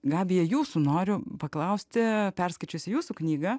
gabija jūsų noriu paklausti perskaičiusi jūsų knygą